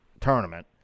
tournament